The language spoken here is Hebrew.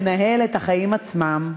לנהל את החיים עצמם.